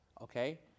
okay